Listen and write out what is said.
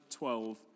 12